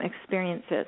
experiences